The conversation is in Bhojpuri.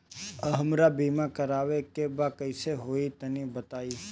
हमरा बीमा करावे के बा कइसे होई तनि बताईं?